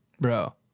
Bro